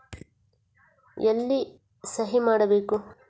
ಎಲ್ಲಿ ಸಹಿ ಮಾಡಬೇಕು?